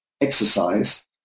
exercise